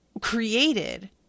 created